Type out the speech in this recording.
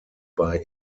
bei